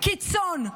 קיצון,